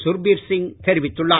சுர்பிர் சிங் தெரிவித்துள்ளார்